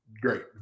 great